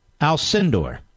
Alcindor